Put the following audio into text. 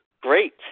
Great